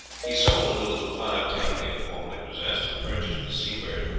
he sold the little five tonner he had formerly possessed, and purchased the seabird.